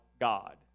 God